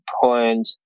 point